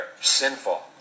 sinful